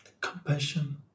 compassion